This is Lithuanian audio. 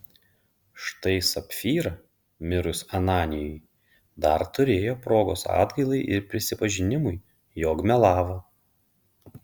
štai sapfyra mirus ananijui dar turėjo progos atgailai ir prisipažinimui jog melavo